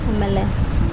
ಆಮೇಲೆ